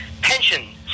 pension